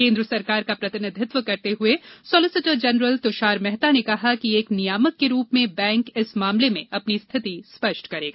केंद्र सरकार का प्रतिनिधित्व करते हुए सॉलिसिटर जेनरल तुषार मेहता ने कहा कि एक नियामक के रूप में बैंक इस मामले में अपनी स्थिति स्पष्ट करेगा